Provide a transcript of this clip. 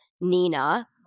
Nina